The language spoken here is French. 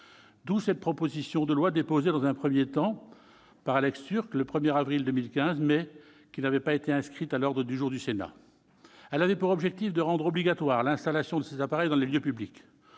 D'où cette proposition de loi déposée dans un premier temps par Alex Türk, le 1 avril 2015, mais qui n'avait pas été inscrite à l'ordre du jour du Sénat. Elle avait pour objectif de rendre obligatoire l'installation de ces appareils dans les lieux publics.